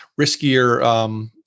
riskier